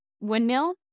windmill